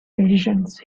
decisions